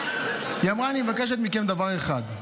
והיא אמרה: אני מבקשת מכם דבר אחד,